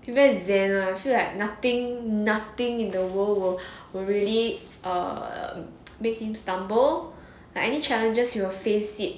he very zen lah feel like nothing nothing in the world will will really err make him stumble like any challenges he will face it